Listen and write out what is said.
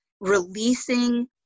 releasing